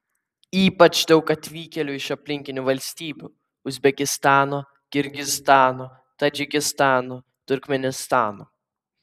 ypač daug atvykėlių iš aplinkinių valstybių uzbekistano kirgizstano tadžikistano turkmėnistano